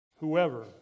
Whoever